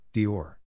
Dior